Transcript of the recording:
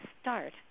start